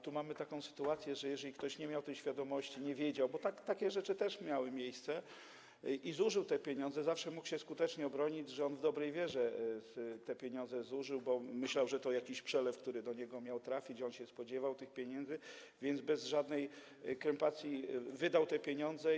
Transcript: Tu mamy taką sytuację, że jeżeli ktoś nie miał tej świadomości, nie wiedział, bo takie rzeczy też miały miejsce, i zużył te pieniądze, zawsze mógł się skutecznie obronić, że on w dobrej wierze te pieniądze zużył, bo myślał, że to jakiś przelew, który miał do niego trafić, on się spodziewał tych pieniędzy, więc bez żadnego skrępowania wydał te pieniądze.